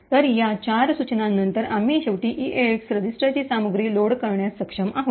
तर या चार सूचनांनंतर आम्ही शेवटी ईएएक्स रजिस्टरची सामग्री लोड करण्यास सक्षम आहोत